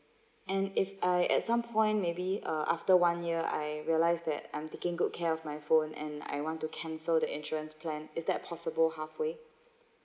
and if I at some point maybe uh after one year I realise that I'm taking good care of my phone and I want to cancel the insurance plan is that possible halfway